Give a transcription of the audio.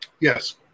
Yes